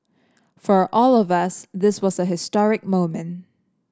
for all of us this was a historic moment